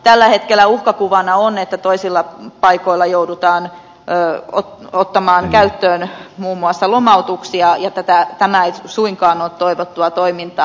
tällä hetkellä uhkakuvana on että toisilla paikoilla joudutaan ottamaan käyttöön muun muassa lomautuksia ja tämä ei suinkaan ole toivottua toimintaa